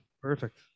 perfect